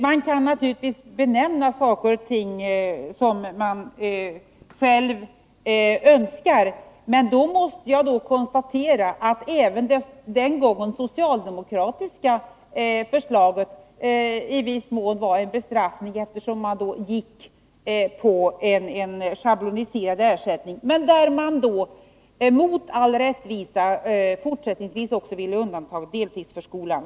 Man kan naturligtvis benämna saker och ting som man själv önskar. Men jag måste konstatera att även det socialdemokratiska förslaget den gången i så fall i viss mån innebar en bestraffning, eftersom man gick in för en schabloneriserad ersättning, men mot all rättvisa ville man fortsättningsvis också undanta deltidsförskolan.